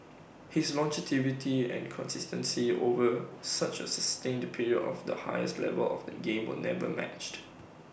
his longevity and consistency over such A sustained period of the highest level of the game will never matched